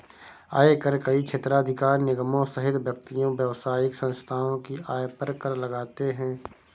आयकर कई क्षेत्राधिकार निगमों सहित व्यक्तियों, व्यावसायिक संस्थाओं की आय पर कर लगाते हैं